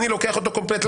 אני לוקח אותו קומפלט,